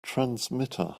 transmitter